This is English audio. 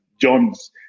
John's